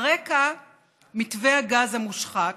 ברקע מתווה הגז המושחת,